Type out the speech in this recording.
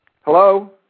Hello